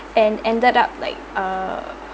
and ended up like err